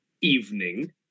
evening